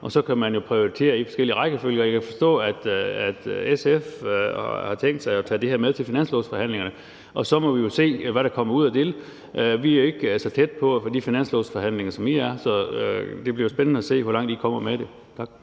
Så kan man jo prioritere i forskellig rækkefølge. Jeg kan forstå, at SF har tænkt sig at tage det her med til finanslovsforhandlingerne, og så må vi jo se, hvad der kommer ud af det. Vi er ikke så tæt på de finanslovsforhandlinger, som I er, så det bliver spændende at se, hvor langt I kommer med det. Tak.